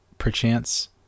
Perchance